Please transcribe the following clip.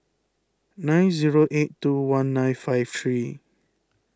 nine zero eight two one nine five three